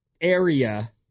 area